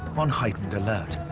on heightened alert.